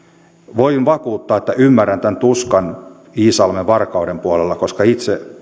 voin vakuuttaa että ymmärrän tämän tuskan iisalmen varkauden puolella koska itse